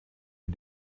you